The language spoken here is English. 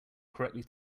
correctly